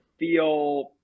feel